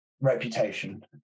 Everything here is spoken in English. reputation